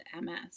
MS